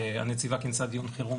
הנציבה כינסה דיון חירום,